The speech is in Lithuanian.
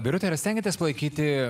birute ar stengiatės palaikyti